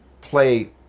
play